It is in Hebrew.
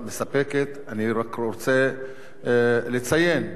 אני רק רוצה לציין את התנופה.